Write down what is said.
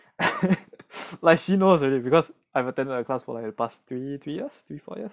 like she knows already because I've attended her class for the past three three four years